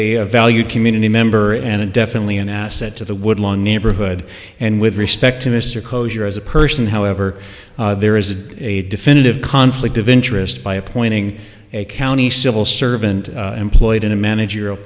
he's a valued community member and a definitely an asset to the woodlawn neighborhood and with respect to mr cocksure as a person however there is a definitive conflict of interest by appointing a county civil servant employed in a managerial